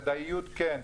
כדאיות כן,